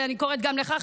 ואני קוראת גם לך,